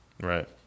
Right